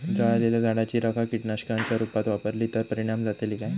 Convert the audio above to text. जळालेल्या झाडाची रखा कीटकनाशकांच्या रुपात वापरली तर परिणाम जातली काय?